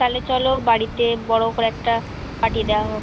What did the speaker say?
তাহলে চলো বাড়িতে বড় করে একটা পার্টি দেওয়া হোক